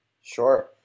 Sure